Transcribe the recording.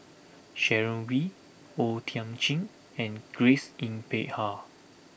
Sharon Wee O Thiam Chin and Grace Yin Peck Ha